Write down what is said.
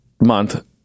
month